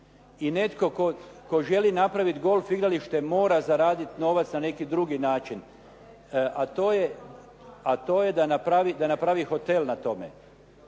i netko tko želi napraviti golf igralište mora zaraditi novac na neki drugi način, a to je da napravi hotel na tome,